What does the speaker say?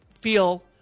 feel